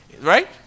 Right